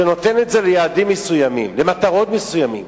שנותן את זה ליעדים מסוימים, למטרות מסוימות,